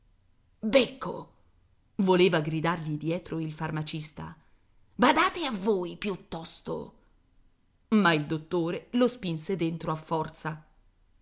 becco voleva gridargli dietro il farmacista badate a voi piuttosto ma il dottore lo spinse dentro a forza